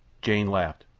jane laughed.